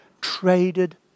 traded